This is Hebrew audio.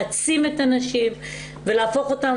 להעצים את הנשים, ולהפוך אותן.